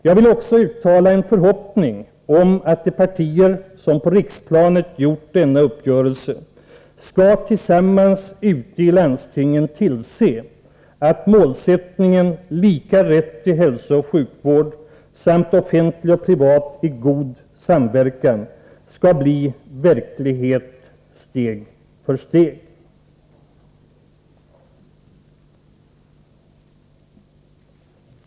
Jag vill också uttala en förhoppning om att de partier som på riksplanet gjort denna uppgörelse ute i landstingen tillsammans skall tillse att målsättningarna lika rätt till hälsooch sjukvård samt offentlig och privat vård i god samverkan skall bli verklighet steg för steg.